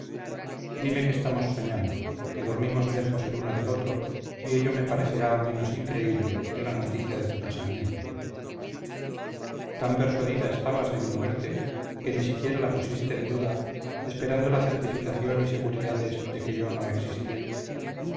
dime que estamos soñando que dormimos lejos el uno del otro y ello me parecerá menos increíble que la noticia de tu casamiento tan persuadida estabas de mi muerte que ni siquiera la pusiste en duda esperando la certificación y seguridades de que yo no existía